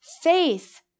Faith